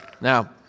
Now